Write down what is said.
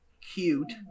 cute